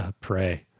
Pray